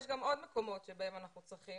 יש עוד מקומות שבהם אנחנו צריכים.